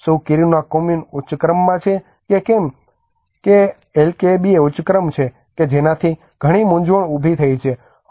શું Kiruna commune ઉચ્ચ ક્રમમાં છે કે કેમ કે એલકેએબી એ ઉચ્ચ ક્રમ છે કે જેનાથી ઘણી મૂંઝવણ ઉભી થઈ છે